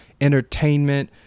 entertainment